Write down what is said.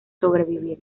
sobrevivir